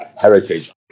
heritage